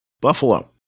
Buffalo